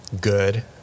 good